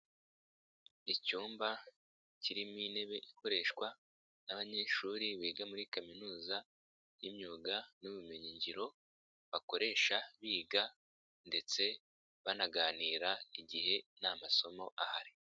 Icyumba kirimo intebe ikoreshwa n'abanyeshuri biga muri Kaminuza y'imyuga n'ubumenyingiro, bakoresha biga ndetse banaganira igihe nta masomo ahari.